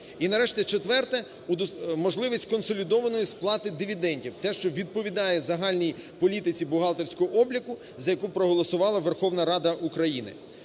І, нарешті, четверте – можливість сконсолідованої сплати дивідендів, те, що відповідає загальній політиці бухгалтерського обліку, за яку проголосувала Верховна Рада України.